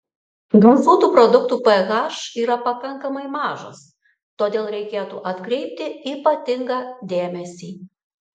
gazuotų produktų ph yra pakankamai mažas todėl reikėtų atkreipti ypatingą dėmesį